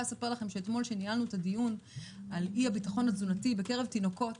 אתמול כאשר ניהלנו דיון על אי-ביטחון תזונתי בקרב תינוקות,